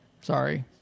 Sorry